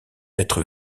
être